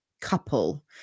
couple